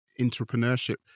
entrepreneurship